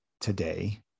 today